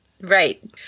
Right